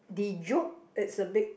the joke it's a bit